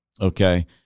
okay